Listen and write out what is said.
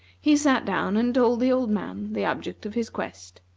he sat down and told the old man the object of his quest.